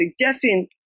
suggesting